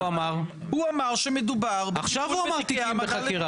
הוא אמר שמדובר בטיפול --- עכשיו הוא אמר תיקים בחקירה.